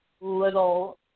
little